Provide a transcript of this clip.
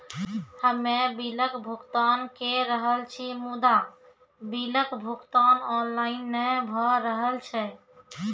हम्मे बिलक भुगतान के रहल छी मुदा, बिलक भुगतान ऑनलाइन नै भऽ रहल छै?